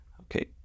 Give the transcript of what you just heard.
Okay